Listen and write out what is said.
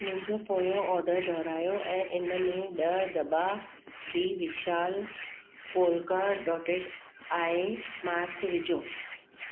मुंहिंजो पोयों ऑर्डर दोहरायो ऐं इन में ॾह दॿा बि विशाल पोल्का डॉटेड आई मास्क विझो